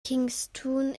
kingston